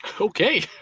Okay